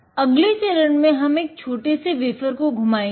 अगले चरण में हम एक छोटे से वेफ़र को घुमायेंगे